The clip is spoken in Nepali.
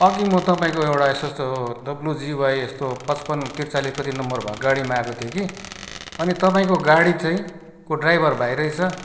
अघि म तपाईँको एउटा यस्तो यस्तो डब्लुजिवाई यस्तो पचपन्न तिरचालिस कति नम्बर भएको गाडीमा आएको थिएँ कि अनि तपाईँको गाडी चाहिँ को ड्राइभर भाइ रहेछ